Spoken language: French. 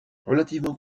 relativement